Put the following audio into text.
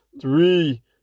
three